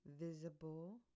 Visible